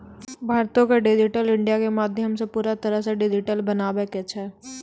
भारतो के digital India के माध्यमो से पूरा तरहो से डिजिटल बनाबै के छै